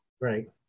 Right